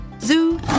Zoo